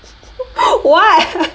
why